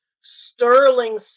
Sterling